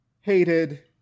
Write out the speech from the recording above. hated